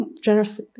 generous